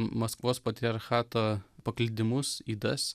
maskvos patriarchato paklydimus ydas